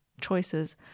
choices